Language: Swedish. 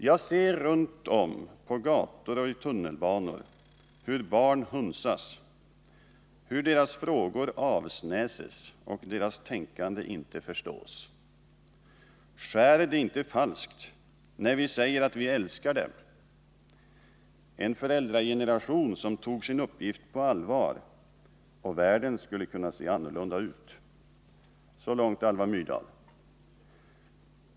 Jag ser runtom på gator och i tunnelbanor hur barn hunsas, hur deras frågor avsnäses och deras tänkande inte förstås. Skär det inte falskt när vi säger att vi älskar dem? En föräldrageneration som tog sin uppgift på allvar och världen skulle kunna se annorlunda ut.” Så långt Alva Myrdal.